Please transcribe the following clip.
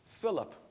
Philip